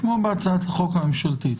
כמו בהצעת החוק הממשלתית.